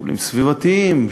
שיקולים סביבתיים,